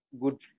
good